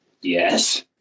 yes